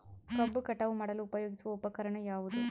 ಕಬ್ಬು ಕಟಾವು ಮಾಡಲು ಉಪಯೋಗಿಸುವ ಉಪಕರಣ ಯಾವುದು?